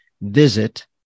visit